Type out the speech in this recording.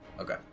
okay